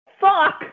Fuck